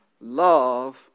love